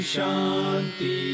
Shanti